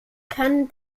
kann